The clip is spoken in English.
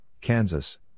Kansas